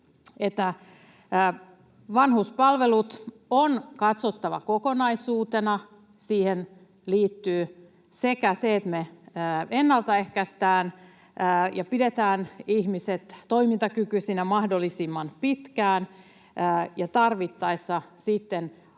Vanhuspalvelut on katsottava kokonaisuutena. Siihen liittyy se, että me ennaltaehkäistään ja pidetään ihmiset toimintakykyisinä mahdollisimman pitkään ja että tarvittaessa sitten